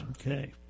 Okay